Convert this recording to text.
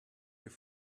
your